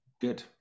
good